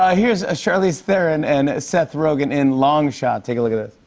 ah here's ah charlize theron and seth rogen in long shot. take a look at this.